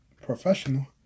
professional